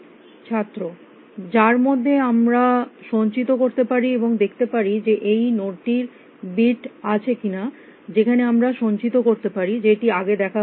ছাত্র যার মধ্যে আমরা সঞ্চিত করতে পারি এবং দেখতে পারি যে এই নোড টির বিট আছে কিনা যেখানে আমরা সঞ্চিত করতে পারি যে এটি আগে দেখা হয়েছে কিনা